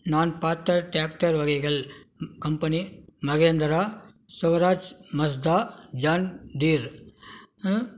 நான் பார்த்த டிராக்டர் வகைகள் கம்பெனி மகேந்திரா ஸ்வராஜ் மஸ்தா ஜான் டீர்